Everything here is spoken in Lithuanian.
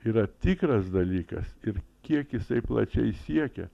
yra tikras dalykas ir kiek jisai plačiai siekia